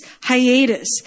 hiatus